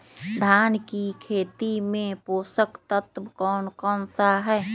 धान की खेती में पोषक तत्व कौन कौन सा है?